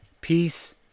peace